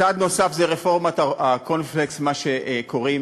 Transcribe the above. צעד נוסף הוא רפורמת הקורנפלקס, מה שקוראים,